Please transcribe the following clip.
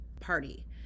party